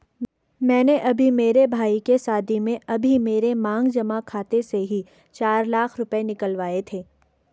मैंने अभी मेरे भाई के शादी में अभी मेरे मांग जमा खाते से ही चार लाख रुपए निकलवाए थे